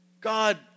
God